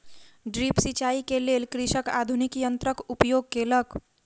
drip सिचाई के लेल कृषक आधुनिक यंत्रक उपयोग केलक